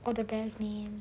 all the best man